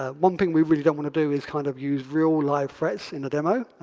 ah one thing we really don't want to do is kind of use real life threats in a demo,